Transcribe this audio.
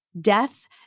Death